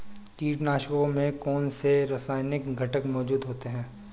कीटनाशकों में कौनसे रासायनिक घटक मौजूद होते हैं?